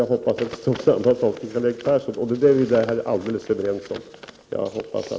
Jag hoppas att det också gäller Karl-Erik Perssons betänkande. Dessutom hoppas jag, som sagt, att vi kan vara helt överens på denna punkt.